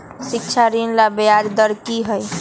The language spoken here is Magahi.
शिक्षा ऋण ला ब्याज दर कि हई?